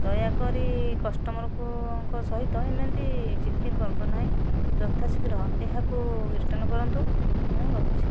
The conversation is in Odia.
ଦୟାକରି କଷ୍ଟମରଙ୍କ ସହିତ ଏମିତି ଚିଟିଙ୍ଗ କରନ୍ତୁ ନାହିଁ ଯଥା ଶୀଘ୍ର ଏହାକୁ ରିଟର୍ଣ୍ଣ କରନ୍ତୁ ମୁଁ ରହୁଛି